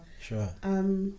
Sure